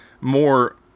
more